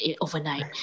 overnight